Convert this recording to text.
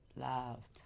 Loved